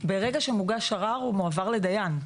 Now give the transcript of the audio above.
ברגע שמוגש ערר הוא מועבר לדיין,